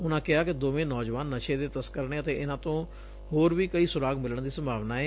ਉਨੂਾਂ ਕਿਹਾ ਕਿ ਦੋਵੇਂ ਨੌਜੁਆਨ ਨਸ਼ੇ ਦੇ ਤਸਕਰ ਨੇ ਅਤੇ ਇਨੂਾ ਤੋਂ ਹੋਰ ਵੀ ਕਈ ਸੁਰਾਗ ਮਿਲਣ ਦੀ ਸੰਭਾਵਨਾ ਏ